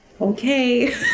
okay